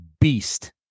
beast